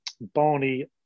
Barney